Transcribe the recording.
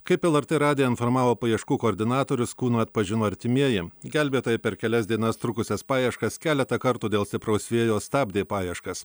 kaip lrt radiją informavo paieškų koordinatorius kūnų atpažino artimieji gelbėtojai per kelias dienas trukusias paieškas keletą kartų dėl stipraus vėjo stabdė paieškas